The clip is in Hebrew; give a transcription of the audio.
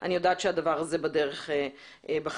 אני יודעת שהדבר הזה בדרך בחקיקה.